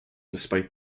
despite